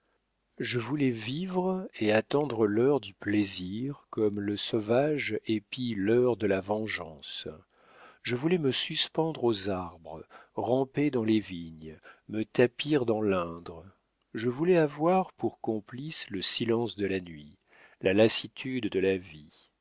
je voulais vivre et attendre l'heure du plaisir comme le sauvage épie l'heure de la vengeance je voulais me suspendre aux arbres ramper dans les vignes me tapir dans l'indre je voulais avoir pour complices le silence de la nuit la lassitude de la vie